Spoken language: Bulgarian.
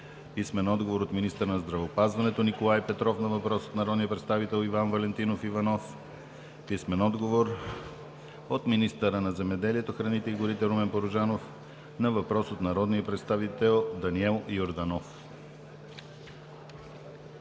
Иванов; - министъра на здравеопазването Николай Петров на въпрос от народния представител Иван Валентинов Иванов; - министъра на земеделието, храните и горите Румен Порожанов на въпрос от народния представител Даниел Йорданов.